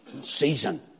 Season